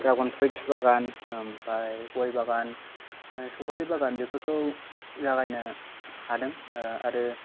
dragon fruits बागान ओमफाय गय बागान सफारि बागान बेफोरखौ जागायनो हादों आरो